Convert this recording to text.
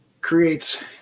creates